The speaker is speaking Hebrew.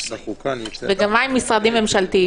וגם מה עם משרדים ממשלתיים?